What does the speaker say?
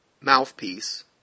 mouthpiece